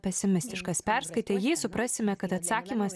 pesimistiškas perskaitę jį suprasime kad atsakymas